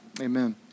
amen